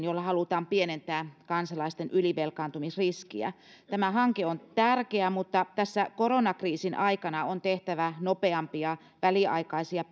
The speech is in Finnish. jolla halutaan pienentää kansalaisten ylivelkaantumisriskiä tämä hanke on tärkeä mutta tässä koronakriisin aikana on tehtävä nopeampia väliaikaisia